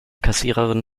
kassiererin